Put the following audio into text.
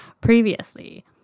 previously